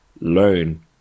learn